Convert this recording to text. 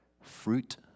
fruit